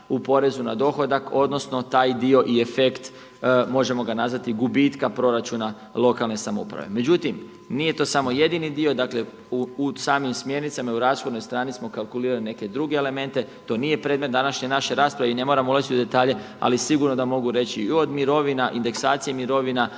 u porezu na dohodak odnosno taj dio i efekt, možemo ga nazvati gubitka proračuna lokalne samouprave. Međutim, nije to samo jedini dio. Dakle, u samim smjernicama i u rashodnoj strani smo kalkulirali neke druge elemente. To nije predmet današnje naše rasprave i ne moramo ulaziti u detalje, ali sigurno da mogu reći i od mirovina, indeksacije mirovina